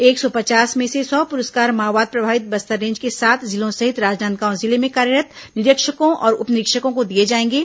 एक सौ पचास में से सौ पुरस्कार माओवाद प्रभावित बस्तर रेंज के सात जिलों सहित राजनांदगांव जिले में कार्यरत निरीक्षकों और उपनिरीक्षकों को दिए जाएंगे